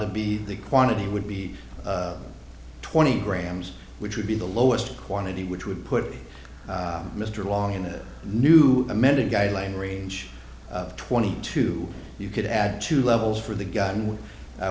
to be the quantity would be twenty grams which would be the lowest quantity which would put mr long in a new amended guideline range twenty two you could add two levels for the gun which